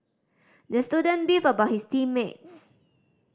the student beefed about his team mates